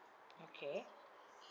okay